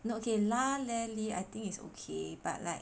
no okay lah leh lor I think it's okay but like